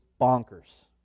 bonkers